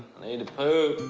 need to poop.